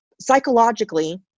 psychologically